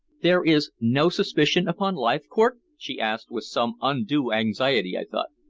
there is no suspicion upon leithcourt? she asked with some undue anxiety i thought.